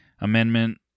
amendment